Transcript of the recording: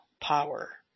power